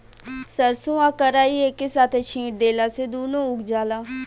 सरसों आ कराई एके साथे छींट देला से दूनो उग जाला